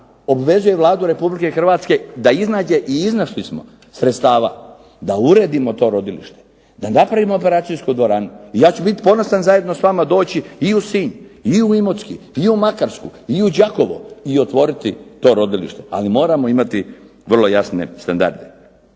obvezuje Vladu Republike Hrvatske da iznađe i iznašli smo sredstava da uredimo to rodilište, da napravimo operacijsku dvoranu i ja ću biti ponosan zajedno s vama doći i u Sinj i u Imotski i u Makarsku i u Đakovo i otvoriti to rodilište. Ali moramo imati vrlo jasne standarde.